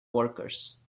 workers